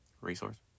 resource